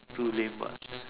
too lame much